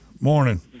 Morning